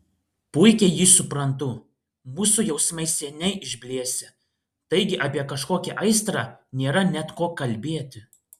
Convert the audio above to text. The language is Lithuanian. puikiai jį suprantu mūsų jausmai seniai išblėsę taigi apie kažkokią aistrą nėra net ko kalbėti